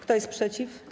Kto jest przeciw?